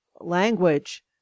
language